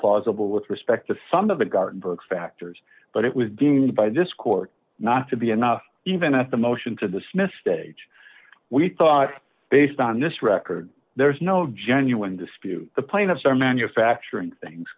plausible with respect to some of the gartenberg factors but it was deemed by this court not to be enough even at the motion to dismiss stage we thought based on this record there is no genuine dispute the plaintiffs are manufacturing things